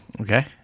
Okay